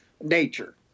nature